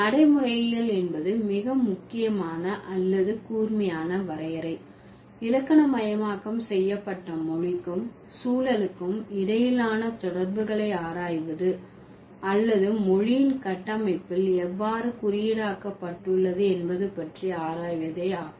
நடைமுறையியல் என்பதன் மிக முக்கியமான அல்லது கூர்மையான வரையறை இலக்கணமயமாக்கம் செய்யப்பட்ட மொழிக்கும் சூழலுக்கும் இடையிலான தொடர்புகளை ஆராய்வது அல்லது மொழியின் கட்டமைப்பில் எவ்வாறு குறியீடாக்கப்பட்டுள்ளது என்பது பற்றி ஆராய்வதே ஆகும்